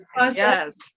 Yes